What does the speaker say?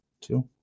Two